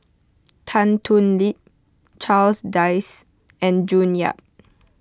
Tan Thoon Lip Charles Dyce and June Yap